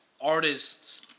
artists